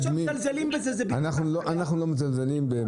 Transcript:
זה שהם מזלזלים בזה זה בדיוק --- אנחנו לא מזלזלים במחאה.